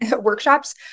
workshops